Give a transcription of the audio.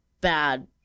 bad